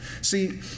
See